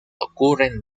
ocurren